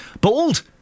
Bald